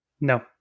No